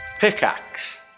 Pickaxe